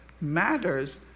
matters